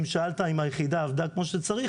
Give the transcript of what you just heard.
אם שאלת אם היחידה עבדה כמו שצריך,